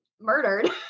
murdered